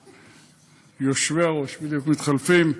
יושבי-הראש, בדיוק מתחלפים,